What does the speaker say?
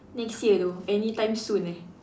next year though any time soon leh